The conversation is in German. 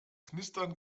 knistern